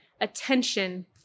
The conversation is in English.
attention